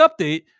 update